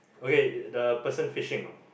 okay the person fishing